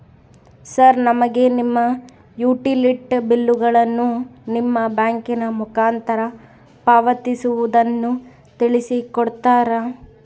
Sir ನಮಗೆ ಈ utility ಬಿಲ್ಲುಗಳನ್ನು ನಿಮ್ಮ ಬ್ಯಾಂಕಿನ ಮುಖಾಂತರ ಪಾವತಿಸುವುದನ್ನು ತಿಳಿಸಿ ಕೊಡ್ತೇರಾ?